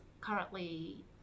currently